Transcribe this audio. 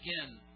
again